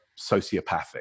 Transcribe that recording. sociopathic